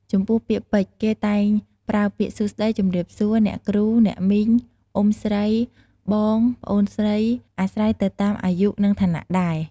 ចំពោះពាក្យពេចន៍ គេតែងប្រើពាក្យ សួស្ដី ជម្រាបសួរ អ្នកគ្រូ អ្នកមីង អ៊ុំស្រី បង ប្អូនស្រី អាស្រ័យទៅតាមអាយុ និងឋានៈដែរ។